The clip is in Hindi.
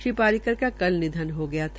श्री पर्रिकर का कल निधन हो गया था